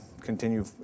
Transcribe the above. continue